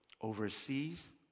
overseas